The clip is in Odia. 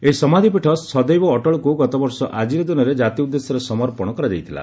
ଏହି ସମାଧୀପୀଠ ସଦୈବ ଅଟଳକୁ ଗତବର୍ଷ ଆଜିର ଦିନରେ ଜାତି ଉଦ୍ଦେଶ୍ୟରେ ସମର୍ପଣ କରାଯାଇଥିଲା